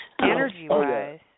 Energy-wise